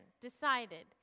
decided